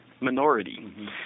minority